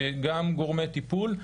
גם גורמי טיפול,